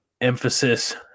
emphasis